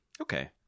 Okay